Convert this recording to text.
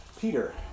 Peter